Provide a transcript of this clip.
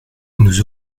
nous